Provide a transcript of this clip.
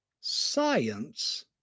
science